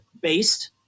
based